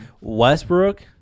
Westbrook